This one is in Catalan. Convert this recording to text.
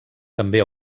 també